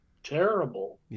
terrible